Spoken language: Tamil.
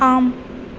ஆம்